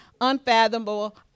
unfathomable